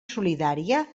solidària